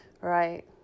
right